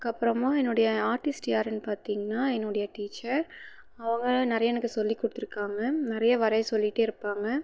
அதுக்கப்புறமா என்னுடைய ஆர்ட்டிஸ்ட் யாருன்னு பார்த்திங்ன்னா என்னுடைய டீச்சர் அவங்க நிறைய எனக்கு சொல்லி கொடுத்துருக்காங்க நிறைய வரைய சொல்லிகிட்டேருப்பாங்க